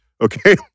okay